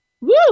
Woo